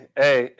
hey